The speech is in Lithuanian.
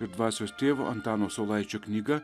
ir dvasios tėvo antano saulaičio knyga